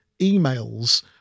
emails